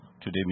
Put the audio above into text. Today